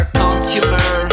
consumer